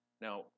Now